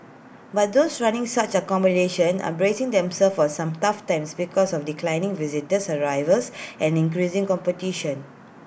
but those running such accommodation are bracing themselves for some tough times because of declining visitors arrivals and increasing competition